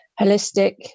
holistic